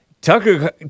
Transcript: Tucker